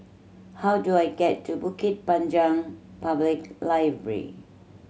how do I get to Bukit Panjang Public Library